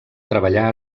treballà